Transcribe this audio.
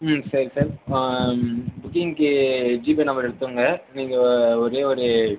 சரி சார் புக்கிங்கி GPay number எடுத்துக்கோங்க நீங்கள் ஒரே ஒரு